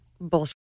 bullshit